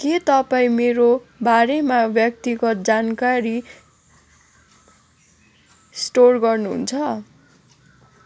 के तपाईँ मेरो बारेमा व्यक्तिगत जानकारी स्टोर गर्नुहुन्छ